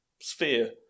sphere